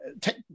take